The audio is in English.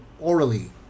orally